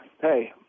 hey